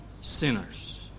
sinners